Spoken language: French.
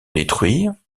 détruire